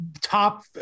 top